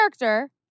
character